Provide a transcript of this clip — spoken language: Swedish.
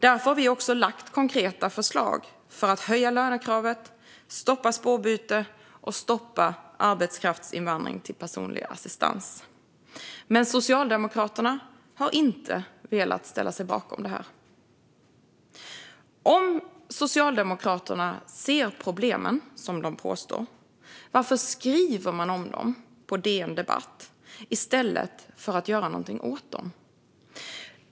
Därför har vi lagt fram konkreta förslag för att höja lönekravet, stoppa detta med spårbyte och stoppa arbetskraftsinvandring till personlig assistans. Men Socialdemokraterna har inte velat ställa sig bakom detta. Om Socialdemokraterna ser problemen, vilket de påstår - varför skriver de om dem på DN Debatt i stället för att göra någonting åt dem?